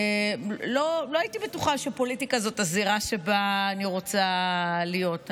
לא הייתי בטוחה שפוליטיקה זאת הזירה שבה אני רוצה להיות,